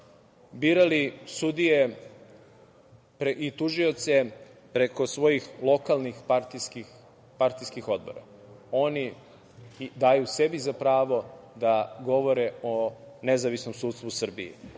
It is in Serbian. birali sudije i tužioce preko svojih lokalnih partijskih odbora. Oni daju sebi za pravo da govore o nezavisnom sudsku u Srbiji. Mi